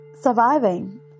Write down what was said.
surviving